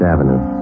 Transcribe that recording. Avenue